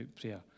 prayer